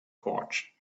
porch